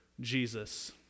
Jesus